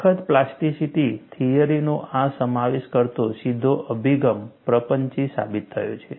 સખત પ્લાસ્ટિસિટી થિયરીનો સમાવેશ કરતો સીધો અભિગમ પ્રપંચી સાબિત થયો છે